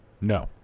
No